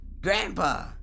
Grandpa